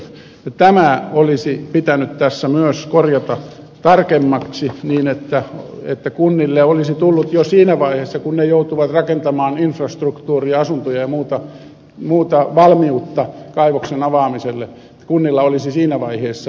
tämä olisi pitänyt tässä myös korjata tarkemmaksi niin että kunnilla olisi jo siinä vaiheessa kun ne joutuvat rakentamaan infrastruktuuria asuntoja ja muuta valmiutta kaivoksen avaamiselle kunnilla olisi siinä vaiheessa